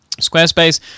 Squarespace